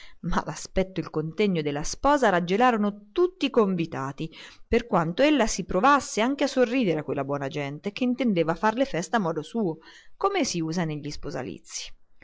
l'aspetto e il contegno della sposa raggelarono tutti i convitati per quanto ella si provasse anche a sorridere a quella buona gente che intendeva farle festa a suo modo come usa negli sposalizi